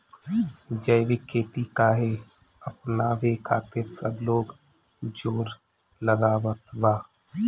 जैविक खेती काहे अपनावे खातिर सब लोग जोड़ लगावत बा?